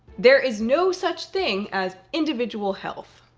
there is no such thing as individual health.